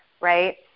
right